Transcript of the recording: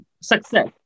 success